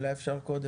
אולי אפשר קודם.